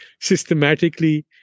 systematically